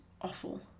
awful